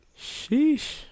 Sheesh